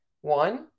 One